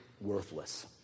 worthless